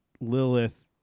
Lilith